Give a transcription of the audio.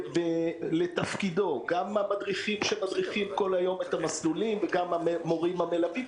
גם המדריכים של המסלולים וגם המורים המלווים,